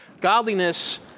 Godliness